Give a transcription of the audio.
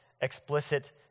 explicit